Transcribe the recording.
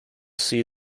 see